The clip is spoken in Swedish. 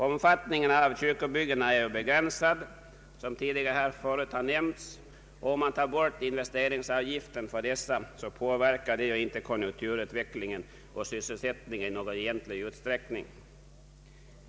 Omfattningen av kyrkobyggena är ju begränsad — som tidigare här har nämnts — och om dessa kyrkor och andra kyrkliga samlingslokaler undantas från investeringsavgift, så påverkar inte detta konjunkturutvecklingen och sysselsättningen i någon egentlig utsträckning.